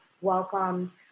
welcome